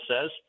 says